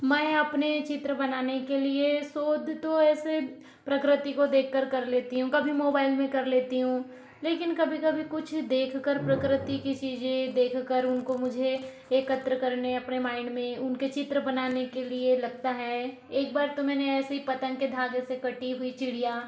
मैं अपने चित्र बनाने के लिए शोध तो ऐसे प्रकृति को देखकर कर लेती हूँ कभी मोबाइल में कर लेती हूँ लेकिन कभी कभी कुछ देखकर प्रकृति की चीज़ें देखकर उनको मुझे एकत्र करने अपने माइंड में उनके चित्र बनाने के लिए लगता है एक बार तो मैंने ऐसे ही पतंग के धागे से कटी हुई चिड़िया